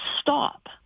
stop